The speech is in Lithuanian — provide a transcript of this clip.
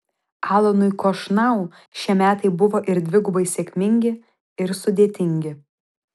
alanui chošnau šie metai buvo ir dvigubai sėkmingi ir sudėtingi